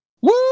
Woo